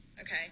okay